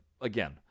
again